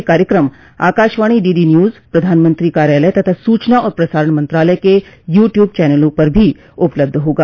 यह कार्यक्रम आकाशवाणी डीडीन्यूज प्रधानमंत्री कार्यालय तथा सूचना और प्रसारण मंत्रालय के यू ट्यूब चनलों पर भी उपलब्ध होगा